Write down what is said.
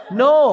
no